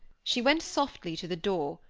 she went softly to the door,